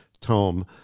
tome